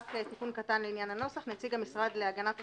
רק תיקון קטן לעניין הנוסח: "נציג המשרד להגנת הסביבה"